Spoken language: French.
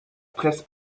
presse